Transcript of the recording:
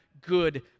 good